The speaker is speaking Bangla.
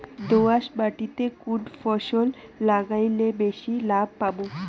দোয়াস মাটিতে কুন ফসল লাগাইলে বেশি লাভ পামু?